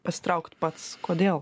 pasitraukt pats kodėl